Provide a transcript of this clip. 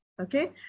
okay